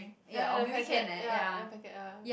ya ya the packet ya the packet ya